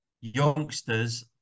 youngsters